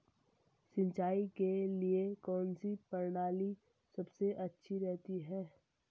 सिंचाई के लिए कौनसी प्रणाली सबसे अच्छी रहती है?